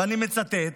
ואני מצטט,